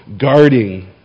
guarding